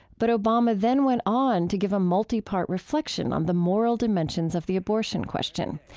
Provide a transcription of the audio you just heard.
but obama then went on to give a multipart reflection on the moral dimensions of the abortion question.